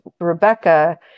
Rebecca